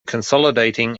consolidating